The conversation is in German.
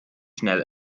schnell